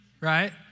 right